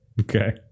Okay